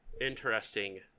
Interesting